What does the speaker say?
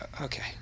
okay